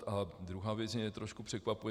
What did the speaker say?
A druhá věc mě trošku překvapuje.